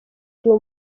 gihe